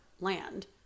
land